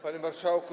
Panie Marszałku!